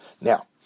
Now